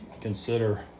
consider